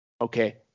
okay